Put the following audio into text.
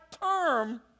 term